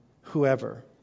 whoever